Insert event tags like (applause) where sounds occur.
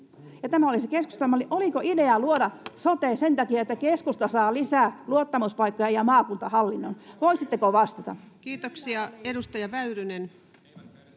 (noise) Oliko ideana luoda sote sen takia, että keskusta saa lisää luottamuspaikkoja ja maakuntahallinnon? Voisitteko vastata? (noise) [Speech